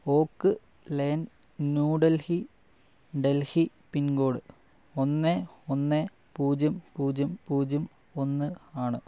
ഓക്ക് lane New Delhi Delhi pincode ഒന്ന് ഒന്ന് പൂജ്യം പൂജ്യം പൂജ്യം ഒന്ന് ആണ്